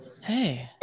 Hey